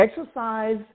exercise